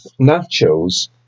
nachos